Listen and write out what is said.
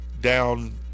down